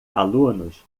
alunos